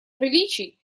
приличий